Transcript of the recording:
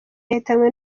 yahitanywe